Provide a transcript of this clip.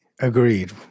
Agreed